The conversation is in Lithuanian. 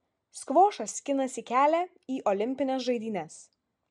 skvošas skinasi kelią į olimpines žaidynes